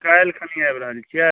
काल्हिखनि आबि रहल छियै